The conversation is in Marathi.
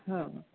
हां